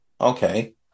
Okay